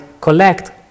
collect